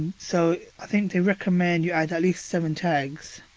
so, i think they recommend you add at least seven tags.